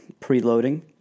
preloading